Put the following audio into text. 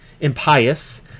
impious